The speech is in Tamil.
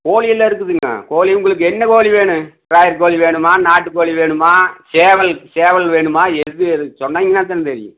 கோழியெல்லாம் இருக்குதுங்க கோழி உங்களுக்கு என்ன கோழி வேணும் ப்ராய்லர் கோழி வேணுமா நாட்டு கோழி வேணுமா சேவல் சேவல் வேணுமா எது சொன்னிங்கன்னால் தானே தெரியும்